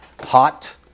hot